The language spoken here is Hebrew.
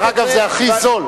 דרך אגב, זה הכי זול.